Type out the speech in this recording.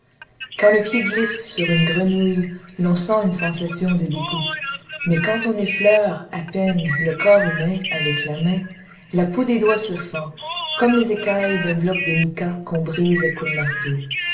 quand le pied glisse sur une grenouille l'on sent une sensation de dégoût mais quand on effleure à peine le corps humain avec la main la peau des doigts se fend comme les écailles d'un bloc de mica qu'on brise à coups de marteau